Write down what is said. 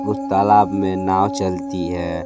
उस तालाब में नाव चलती है